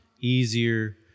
easier